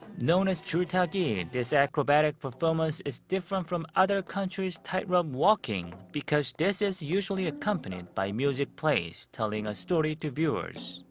known as jultagi, this acrobatic performance is different from other countries' tightrope walking because this is usually accompanied by music plays, telling a story to viewers.